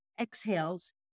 exhales